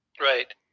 Right